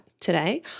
today